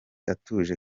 atuje